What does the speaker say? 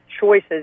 choices